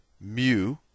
mu